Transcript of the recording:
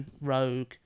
rogue